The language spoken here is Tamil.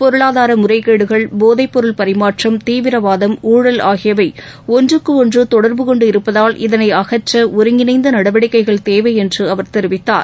பொருளாதார முறைகேடுகள் போதைப் பொருள் பரிமாற்றம் தீவிரவாதம் ஊழல் ஆகியவை ஒன்றுக்கு ஒன்று தொடர்பு கொண்டு இருப்பதால் இதனை அகற்ற ஒருங்கிணைந்த நடவடிக்கைகள் தேவை என்று அவர் தெரிவித்தார்